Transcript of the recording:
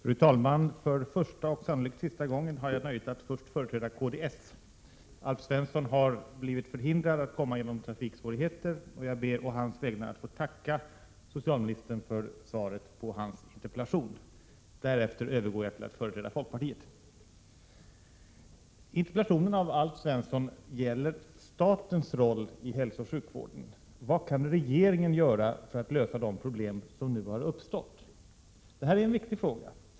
Fru talman! För första och sannolikt sista gången har jag nöjet att först — 18 april 1988 företräda kds. Alf Svensson har genom trafiksvårigheter blivit förhindrad att komma, och jag ber å hans vägnar att få tacka socialministern för svaret på hans interpellation. Därefter övergår jag till att företräda folkpartiet. Den interpellation som har ställts av Alf Svensson gäller statens roll i hälsooch sjukvården. Vad kan regeringen göra för att lösa de problem som nu har uppstått? Detta är en viktig fråga.